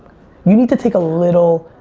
you need to take a little